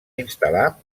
instal·lar